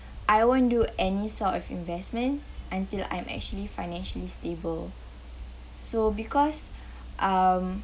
I won't do any sort of investments until I'm actually financially stable so because um